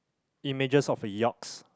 images of a yaks